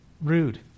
Rude